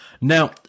Now